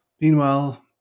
Meanwhile